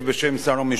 מבקשת